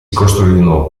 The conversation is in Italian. costruirono